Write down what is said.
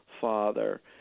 father